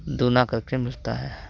दुगुना करके मिलता है